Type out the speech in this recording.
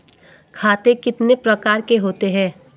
खाते कितने प्रकार के होते हैं?